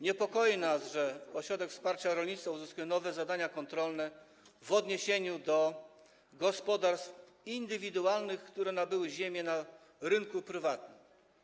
Niepokoi nas fakt, że ośrodek wsparcia rolnictwa uzyskuje nowe zadania kontrolne w odniesieniu do gospodarstw indywidualnych, które nabyły ziemię na rynku prywatnym.